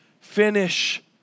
Finish